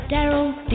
Daryl